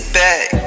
back